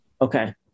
Okay